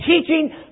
teaching